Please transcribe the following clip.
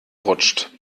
rutscht